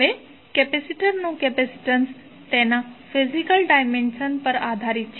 હવે કેપેસિટરનું કેપેસિટન્સ તેના ફિઝિકલ ડાઇમેંશન પર પણ આધારિત છે